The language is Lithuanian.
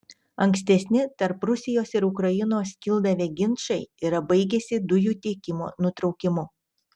ankstesni tarp rusijos ir ukrainos kildavę ginčai yra baigęsi dujų tiekimo nutraukimu